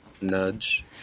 nudge